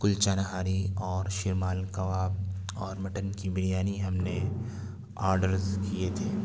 کلچا نہاری اور شیرمال کباب اور مٹن کی بریانی ہم نے آرڈرز کیے تھے